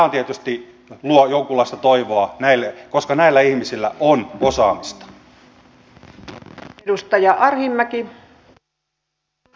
tämä tietysti luo jonkunlaista toivoa näille koska näillä ihmisillä on osaamista